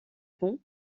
pont